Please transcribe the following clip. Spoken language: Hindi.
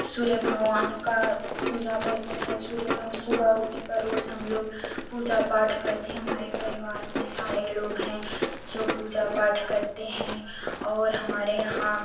सूर्य भगवान का पूजा करते हैं सूर्य बहुस सुबह उठ कर रोज़ हम लोग पूजा पाठ करते हैं हमारे परिवार में सारे लोग हैं जो पूजा पाठ करते हैं और हमारे यहाँ